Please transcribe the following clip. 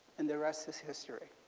and the rest is history,